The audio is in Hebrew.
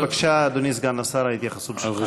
בבקשה, אדוני סגן השר, ההתייחסות שלך.